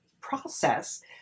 process